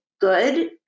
good